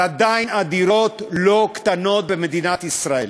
אבל עדיין הדירות לא קטנות במדינת ישראל.